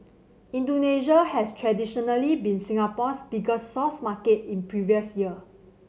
Indonesia has traditionally been Singapore's biggest source market in previous year